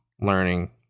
learning